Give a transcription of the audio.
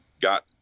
got